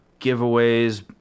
giveaways